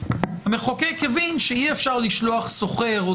המחוקק הבין שאי אפשר לשלוח שוכר או